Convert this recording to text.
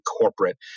corporate